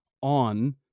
on